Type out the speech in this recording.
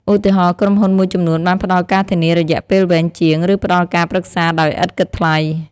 ឧទាហរណ៍ ក្រុមហ៊ុនមួយចំនួនបានផ្តល់ការធានារយៈពេលវែងជាង ឬផ្តល់ការប្រឹក្សាដោយឥតគិតថ្លៃ។